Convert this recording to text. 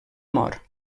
mort